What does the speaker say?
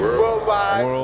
worldwide